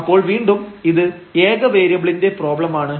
അപ്പോൾ വീണ്ടും ഇത് ഏക വേരിയബിളിന്റെ പ്രോബ്ലമാണ്